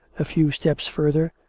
a few steps further,